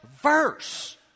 verse